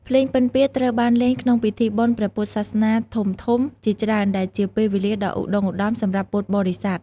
ភ្លេងពិណពាទ្យត្រូវបានលេងក្នុងពិធីបុណ្យព្រះពុទ្ធសាសនាធំៗជាច្រើន ដែលជាពេលវេលាដ៏ឧត្តុង្គឧត្តមសម្រាប់ពុទ្ធបរិស័ទ។